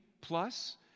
Plus